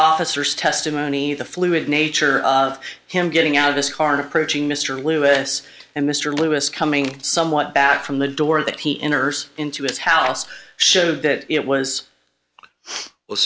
officers testimony the fluid nature of him getting out of this cart approaching mr lewis and mr lewis coming somewhat back from the door that he enters into his house showed that it was